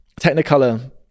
Technicolor